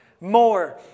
more